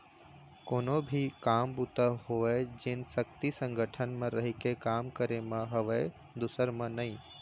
कोनो भी काम बूता होवय जेन सक्ति संगठन म रहिके काम करे म हवय दूसर म नइ